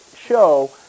show